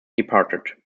departed